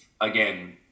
again